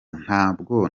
ntabwo